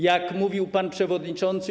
Jak mówił pan przewodniczący.